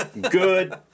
Good